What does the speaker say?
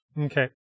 Okay